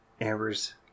Amber's